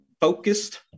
focused